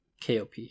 KOP